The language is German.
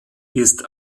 ist